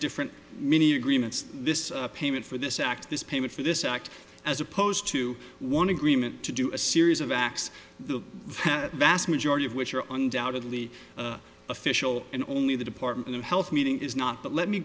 different mini agreements this payment for this act this payment for this act as opposed to one agreement to do a series of acts the vast majority of which are undoubtedly official in only the department of health meeting is not but let me